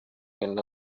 என்ன